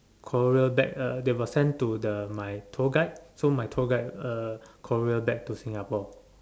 courier back uh they will send to the my tour guide so my tour guide uh courier back to Singapore